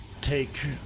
take